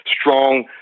strong